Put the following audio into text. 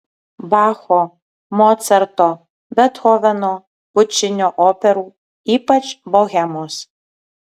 bacho mocarto bethoveno pučinio operų ypač bohemos